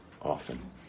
often